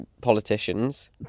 politicians